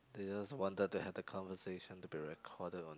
they just wanted to have the conversation to be recorded on it